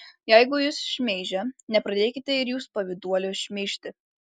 jeigu jus šmeižia nepradėkite ir jūs pavyduolio šmeižti